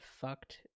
fucked